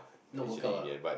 not World Cup ah